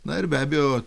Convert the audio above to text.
na ir be abejo